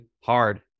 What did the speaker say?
hard